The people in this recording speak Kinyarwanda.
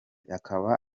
akaba